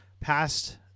past